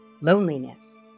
loneliness